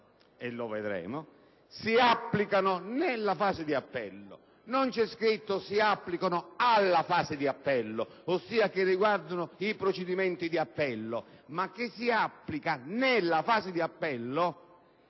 le nuove norme si applicano «nella» fase di appello. Non c'è scritto che si applicano «alla» fase di appello, ossia che riguardano i procedimenti di appello, ma che si applicano «nella» fase di appello